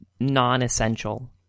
non-essential